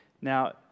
Now